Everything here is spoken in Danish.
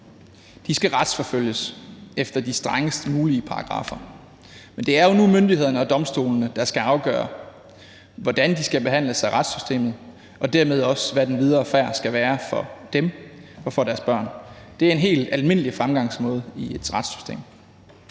skal retsforfølges efter de strengest mulige paragraffer. Men det er nu myndighederne og domstolene, som skal afgøre, hvordan de skal behandles af retssystemet, og dermed også, hvad den videre færd skal være for dem og for deres børn. Det er en helt almindelig fremgangsmåde i et retssystem.